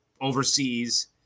overseas